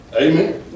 Amen